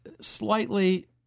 Slightly